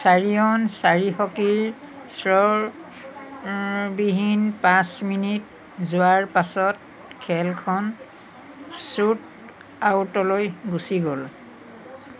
চাৰি অন চাৰি হকীৰ স্বৰ বিহীন পাঁচ মিনিট যোৱাৰ পাছত খেলখন শ্বুটআউটলৈ গুচি গ'ল